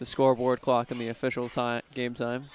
the scoreboard clock in the official time games i'm